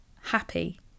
happy